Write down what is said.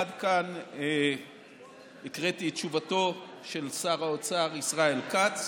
עד כאן הקראתי את תשובתו של שר האוצר ישראל כץ.